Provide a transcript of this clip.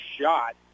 shot